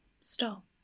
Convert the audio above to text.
stop